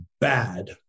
bad